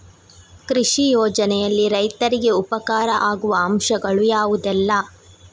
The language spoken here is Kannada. ಕೃಷಿ ಯೋಜನೆಯಲ್ಲಿ ರೈತರಿಗೆ ಉಪಕಾರ ಆಗುವ ಅಂಶಗಳು ಯಾವುದೆಲ್ಲ?